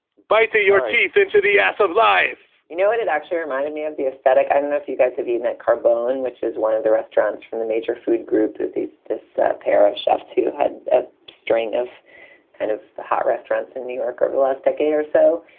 bite your teeth into the ass of life you know what? it actually reminded me of the aesthetic. i don't know if you guys have eaten that carb bone, which is one of the restaurants from the major food group that this pair of chefs who had a string of kind of hot restaurants in new york over the last decade or so.